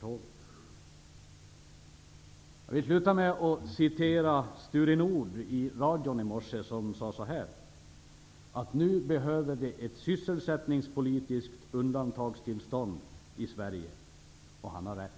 Jag vill avslutningsvis referera vad Sture Nordh sade i radion i morse. Han sade följande: Nu behöver vi ett sysselsättningspolitiskt undantagstillstånd i Sverige. Han har rätt.